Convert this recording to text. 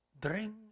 bring